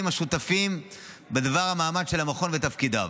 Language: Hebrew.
השותפים בדבר המאמץ של המכון ותפקידיו.